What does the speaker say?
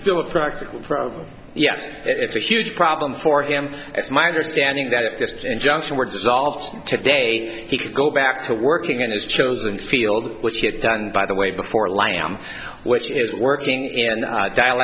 still a practical problem yes it's a huge problem for him it's my understanding that if this injunction were dissolved today he could go back to working in his chosen field which he had done by the way before lamb which is working in the di